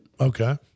Okay